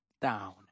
down